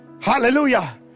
Hallelujah